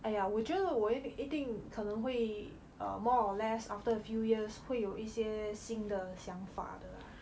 !aiya! 我觉得我一一定可能会 err more or less after a few years 会有一些新的想法的 lah